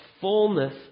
fullness